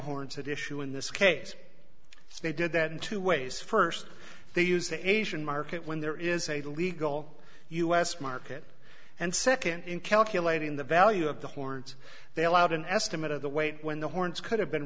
at issue in this case so they did that in two ways first they use the asian market when there is a legal us market and second in calculating the value of the horns they allowed an estimate of the weight when the horns could have been